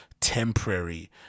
temporary